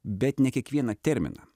bet ne kiekvieną terminą